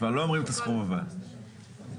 אתה מבין,